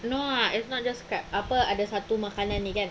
no lah it's not just crab apa ada satu makanan ini kan